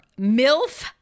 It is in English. Milf